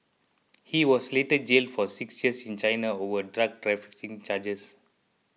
he was later jailed for six years in China over drug trafficking charges